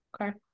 Okay